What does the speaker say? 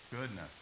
goodness